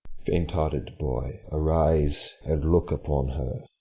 faint-hearted boy, arise, and look upon her.